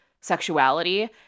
sexuality